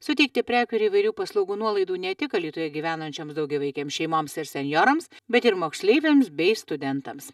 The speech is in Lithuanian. suteikti prekių ir įvairių paslaugų nuolaidų ne tik alytuje gyvenančioms daugiavaikėms šeimoms ir senjorams bet ir moksleiviams bei studentams